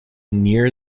near